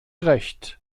recht